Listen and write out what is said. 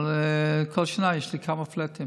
אבל כל שנה יש לי כמה פלאטים.